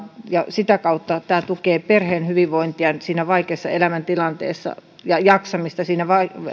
ja sitä kautta tämä tukee perheen hyvinvointia siinä vaikeassa elämäntilanteessa ja jaksamista